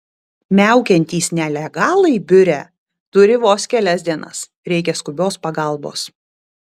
miaukiantys nelegalai biure turi vos kelias dienas reikia skubios pagalbos